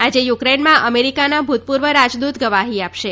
આજે યુક્રેનમાં અમેરિકાના ભૂતપૂર્વ રાજદૂત ગવાહી આપશે